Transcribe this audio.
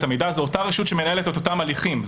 המידע היא אותה רשות שמנהלת את ההליכים האלה.